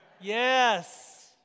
Yes